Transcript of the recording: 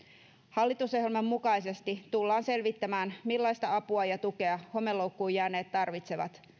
hallitusohjelman mukaisesti tullaan selvittämään millaista apua ja tukea homeloukkuun jääneet tarvitsevat